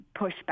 pushback